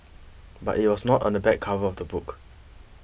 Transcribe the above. but it was not on the back cover of the book